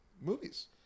movies